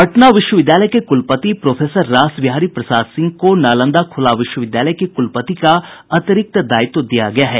पटना विश्वविद्यालय के कुलपति प्रोफेसर रासबिहारी प्रसाद सिंह को नालंदा खुला विश्वविद्यालय के कुलपति का अतिरिक्त दायित्व दिया गया है